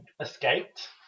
escaped